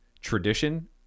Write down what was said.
tradition